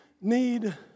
need